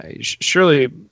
surely